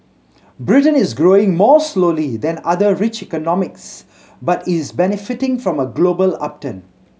mBritain is growing more slowly than other rich economies but is benefiting from a global upturn